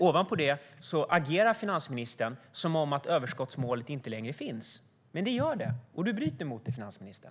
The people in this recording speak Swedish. Ovanpå det agerar du som att överskottsmålet inte längre finns. Men det gör det - och du bryter mot det, finansministern!